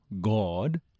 God